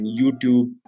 YouTube